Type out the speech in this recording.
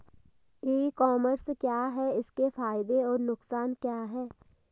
ई commerce क्या है इसके फायदे और नुकसान क्या है?